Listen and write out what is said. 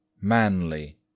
manly